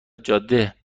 جاده